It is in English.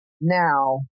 now